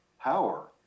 power